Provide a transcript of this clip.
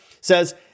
Says